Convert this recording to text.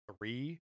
three